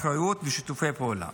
אחריות ושיתופי פעולה.